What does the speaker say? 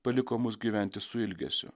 paliko mus gyventi su ilgesiu